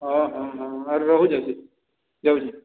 ହଉ ହଉ ଆର ରହୁଛି ଯାଉଛି